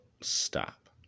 stop